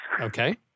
Okay